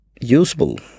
usable